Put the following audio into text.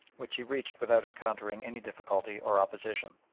which he reached without encountering any difficulty or opposition.